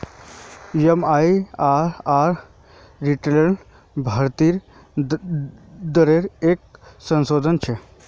MIRR रिटर्नेर भीतरी दरेर एक संशोधन छे